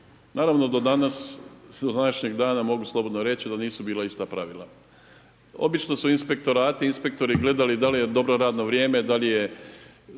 danas, do današnjeg dana mogu slobodno reći da nisu bila ista pravila. Obično su inspektorati, inspektori gledali da li je dobro radno vrijeme, da li je